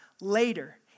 later